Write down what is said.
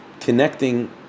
Connecting